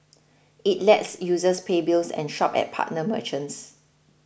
it lets users pay bills and shop at partner merchants